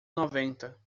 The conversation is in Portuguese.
noventa